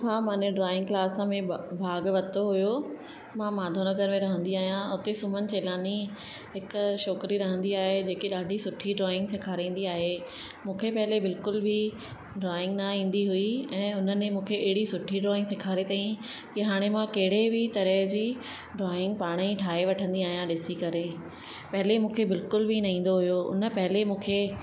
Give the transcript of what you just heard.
हा मां drawing class में ब भाग वरितो हुओ मां माधव नगर में रहंदी आहियां उते सुमन चेलानी हिकु छोकिरी रहंदी आहे जेके ॾाढी सुठी ड्रॉइंग सेखारींदी आहे मूंखे पहिरियों बिल्कुल बि ड्रॉइंग न ईंदी हुई ऐं उन्हनि ई मूंखे अहिड़ी सुठी ड्रॉइंग सेखारी ताईं कि हाणे मां केॾे बि तरह जी ड्रॉइंग पाण ई ठाहे वठंदी आहियां ॾिसी करे पहिरियों मूंखे बिल्कुल बि न ईंदो हुओ उन पहिरियों मूंखे